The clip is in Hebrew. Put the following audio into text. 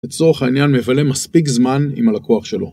בצורך העניין מבלה מספיק זמן עם הלקוח שלו